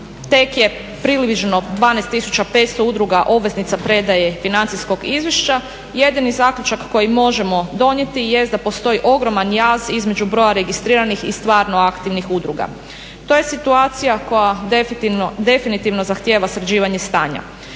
tek je približno 12,500 udruga obveznica predaje financijskog izvješća, jedini zaključak koji možemo donijeti je da postoji ogroman jaz između broja registriranih i stvarno aktivnih udruga. To je situacija koja definitivno zahtjeva sređivanje stanja.